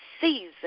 season